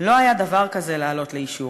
לא היה דבר כזה לעלות לאישור.